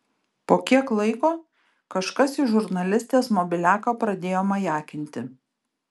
po kiek laiko kažkas į žurnalistės mobiliaką pradėjo majakinti